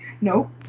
nope